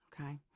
okay